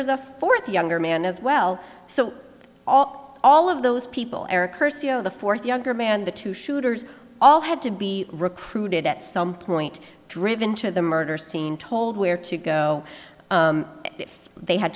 was a fourth younger man as well so all all of those people eric hearst you know the fourth younger man the two shooters all had to be recruited at some point driven to the murder scene told where to go if they had